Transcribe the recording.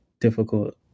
difficult